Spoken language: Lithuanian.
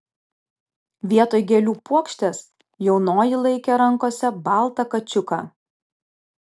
vietoj gėlių puokštės jaunoji laikė rankose baltą kačiuką